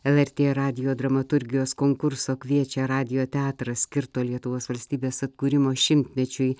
lrt radijo dramaturgijos konkurso kviečia radijo teatras skirto lietuvos valstybės atkūrimo šimtmečiui